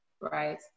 right